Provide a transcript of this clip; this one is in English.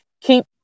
keep